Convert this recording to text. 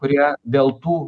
kurie dėl tų